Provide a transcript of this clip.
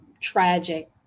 tragic